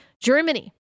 Germany